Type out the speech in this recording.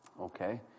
Okay